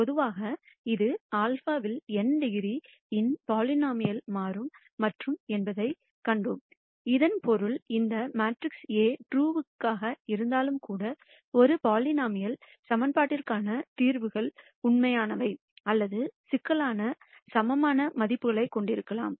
பொதுவாக இது λ இல் n டிகிரி இன் பலினோமினல் மாறும் என்பதையும் நாம் கண்டோம் இதன் பொருள் இந்த மேட்ரிக்ஸ் A ட்ருவாக இருந்தாலும் கூட ஒரு பலினோமினல் சமன்பாட்டிற்கான தீர்வுகள் உண்மையானவை அல்லது சிக்கலான சமமான மதிப்புகளைக் கொண்டிருக்கலாம்